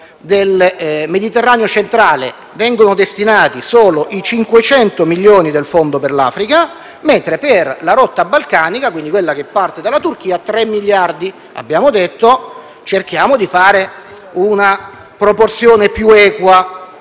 del Mediterraneo centrale, vengono destinati solo i 500 milioni del fondo per l'Africa, mentre per la rotta balcanica, quindi quella che parte dalla Turchia, 3 miliardi. Abbiamo detto di cercare di raggiungere una proporzione più equa